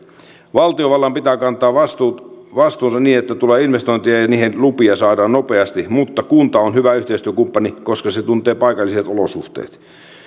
valtiovallan pitää kantaa vastuunsa niin että tulee investointeja ja ja niihin saadaan lupia nopeasti mutta kunta on hyvä yhteistyökumppani koska se tuntee paikalliset olosuhteet